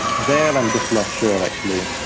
there i'm just less sure, and actually.